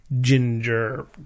Ginger